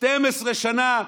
12 שנה,